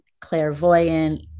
clairvoyant